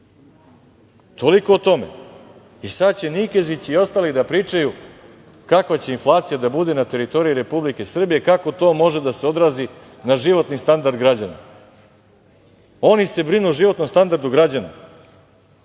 Toliko o tome. I sada će Nikezić i ostali da pričaju kakva će inflacija da bude na teritoriji Republike Srbije, kako to može da se odrazi na životni standard građana. Oni se brinu o životnom standardu građana. Samo